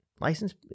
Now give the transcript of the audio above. license